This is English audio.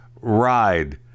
ride